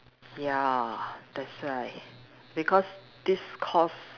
ya that's right because this cause